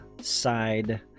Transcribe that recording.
side